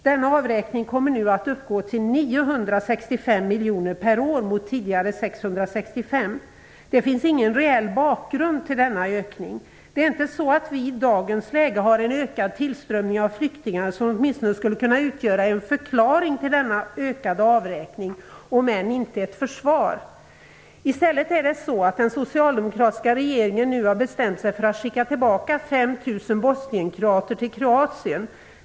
Denna avräkning kommer nu att uppgå till 965 miljoner per år mot tidigare 665 miljoner. Det finns ingen reell bakgrund till denna ökning. Det är inte så att vi i dagens läge har en ökad tillströmning av flyktingar. Även om det inte vore ett försvar, skulle det åtminstone ha kunnat utgöra en förklaring till denna ökade avräkning. I stället är det så, att den socialdemokratiska regeringen nu har bestämt sig för att skicka tillbaka 5 000 bosnienkroater till Kroatien.